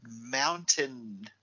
mountain